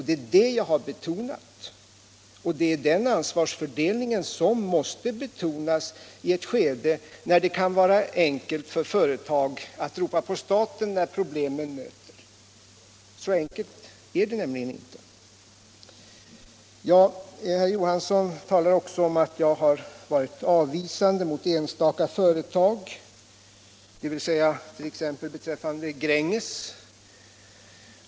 Det är det jag har framhållit, och det är den ansvarsfördelningen som måste betonas i ett skede då det kan vara enkelt för företagen att ropa på staten när problemen möter. Så enkelt är det nämligen inte. Herr Johansson i Ljungby talar också om att jag har varit avvisande mot enstaka företag, t.ex. Gränges.